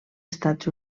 estats